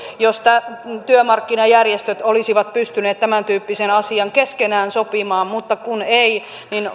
työmarkkinajärjestöt olisivat pystyneet tämäntyyppisen asian keskenään sopimaan mutta kun eivät niin